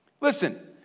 Listen